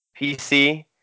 PC